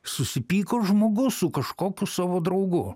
susipyko žmogus su kažkokiu savo draugu